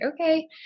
okay